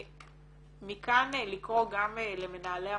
ומכאן לקרוא גם למנהלי המוסדות,